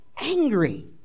angry